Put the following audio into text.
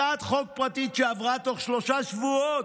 שעברה תוך שלושה שבועות,